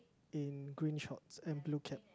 in green shorts and blue cap